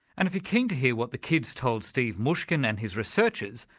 and if you're keen to hear what the kids told steve mushkin and his researchers,